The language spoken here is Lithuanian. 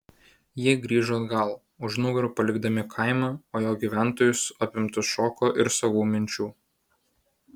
jie grįžo atgal už nugarų palikdami kaimą o jo gyventojus apimtus šoko ir savų minčių